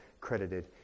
credited